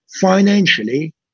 financially